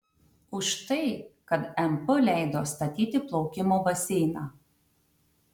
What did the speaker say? už tai kad mp leido statyti plaukimo baseiną